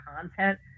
content